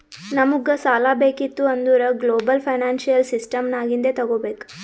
ನಮುಗ್ ಸಾಲಾ ಬೇಕಿತ್ತು ಅಂದುರ್ ಗ್ಲೋಬಲ್ ಫೈನಾನ್ಸಿಯಲ್ ಸಿಸ್ಟಮ್ ನಾಗಿಂದೆ ತಗೋಬೇಕ್